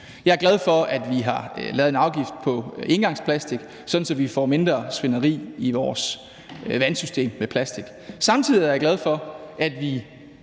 Jeg er glad for, at vi har lagt en afgift på engangsplast, så vi får mindre svineri i vores vandsystem. Jeg er samtidig glad for, at vi